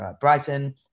Brighton